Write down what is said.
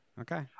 Okay